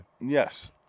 Yes